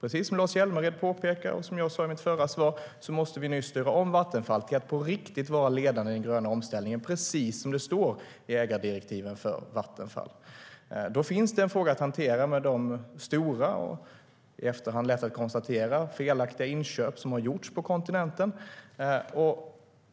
Precis som Lars Hjälmered påpekar och som jag sa i mitt förra svar måste vi nu styra om Vattenfall till att på riktigt vara ledande i den gröna omställningen, precis som det står i ägardirektiven för Vattenfall. Då finns det en fråga att hantera med de stora och - vilket är lätt att konstatera i efterhand - felaktiga inköp som har gjorts på kontinenten.